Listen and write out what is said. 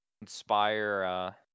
Inspire